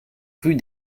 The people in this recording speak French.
rue